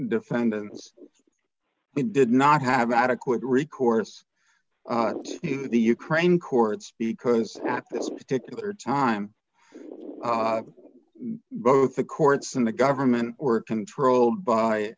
defendants we did not have adequate recourse in the ukraine courts because at this particular time both the courts and the government were controlled by